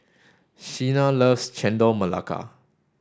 Shena loves Chendol Melaka